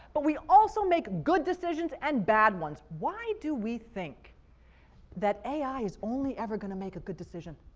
but we also make good decisions and bad ones. why do we think that ai is only ever going to make a good decision,